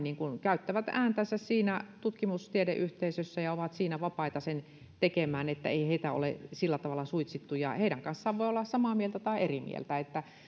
käyttävät ääntänsä siinä tutkimustiedeyhteisössä ja ovat siinä vapaita sen tekemään ei heitä ole sillä tavalla suitsittu ja heidän kanssaan voi olla samaa mieltä tai eri mieltä